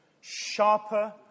sharper